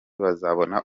bazabona